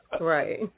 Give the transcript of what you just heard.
Right